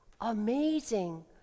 amazing